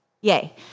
yay